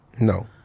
no